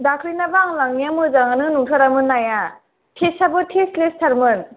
दाख्लिनाबो आं लांनाया मोजाङानो नंथारामोन नाया थेस्ताबो थेस्तलेस्त थारमोन